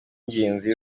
y’ingenzi